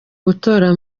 gutora